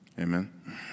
amen